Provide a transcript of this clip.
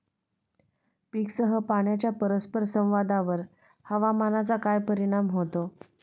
पीकसह पाण्याच्या परस्पर संवादावर हवामानाचा काय परिणाम होतो?